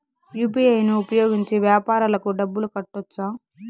UPI ను ఉపయోగించి వ్యాపారాలకు డబ్బులు కట్టొచ్చా?